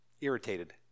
irritated